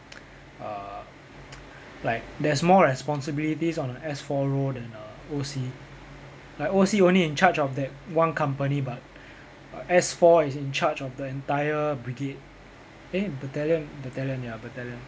err like there's more responsibilities on a S four role than a O_C like O_C only in charge of that one company but S four is in charge of the entire brigade eh battalion battalion ya battalion